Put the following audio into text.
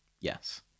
Yes